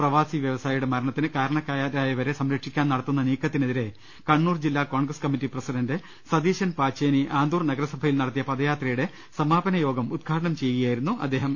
പ്രവാസി വ്യവസായിയുടെ മരണത്തിന് കാരണക്കാരായവരെ സംരക്ഷിക്കുവാൻ നടത്തൂന്ന നീക്കത്തിനെതിരെ കണ്ണൂർ ജില്ലാ കോൺഗ്രസ് കമ്മിറ്റി പ്രസിഡണ്ട് സതീശൻ പാച്ചേനി ആന്തൂർ നഗരസഭയിൽ നടത്തിയ പദയാത്രിയുടെ സമാപനയോഗം ഉദ്ഘാടനം ചെയ്യുക യായിരുന്നു അദ്ദേഹം